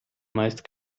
meist